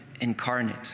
incarnate